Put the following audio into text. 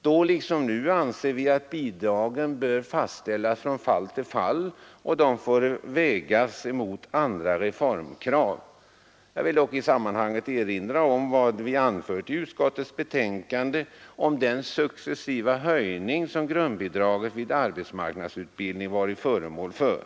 Nu liksom då anser vi att bidragen bör fastställas från fall till fall och avvägas mot andra reformbehov. I sammanhanget vill jag erinra om vad vi anfört i utskottets betänkande om den successiva höjning som grundbidraget vid arbetsmarknadsutbildning varit föremål för.